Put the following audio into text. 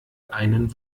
einen